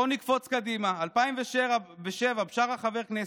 בואו נקפוץ קדימה: ב-2007 בשארה, חבר כנסת,